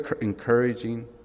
encouraging